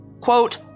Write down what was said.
quote